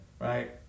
right